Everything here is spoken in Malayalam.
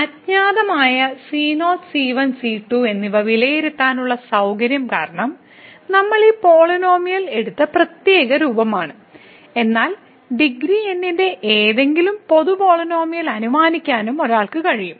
ഈ അജ്ഞാതമായ c0 c1 c2 എന്നിവ വിലയിരുത്താനുള്ള സൌകര്യം കാരണം നമ്മൾ ഈ പോളിനോമിയൽ എടുത്ത പ്രത്യേക രൂപമാണ് എന്നാൽ ഡിഗ്രി n ന്റെ ഏതെങ്കിലും പൊതു പോളിനോമിയൽ അനുമാനിക്കാനും ഒരാൾക്ക് കഴിയും